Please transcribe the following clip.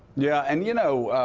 yeah. and you know,